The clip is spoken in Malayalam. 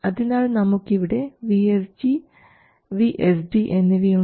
അതിനാൽ നമുക്കിവിടെ VSG VSD എന്നിവയുണ്ട്